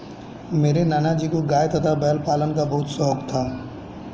मेरे नाना जी को गाय तथा बैल पालन का बहुत शौक था